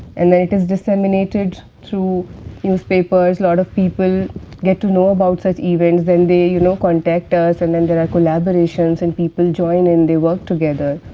and then, it is disseminated through newspapers, lot of people get to know about such events, then they you know contact us, and then there are collaborations, and people join in, they work together.